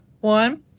One